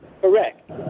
correct